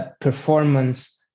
performance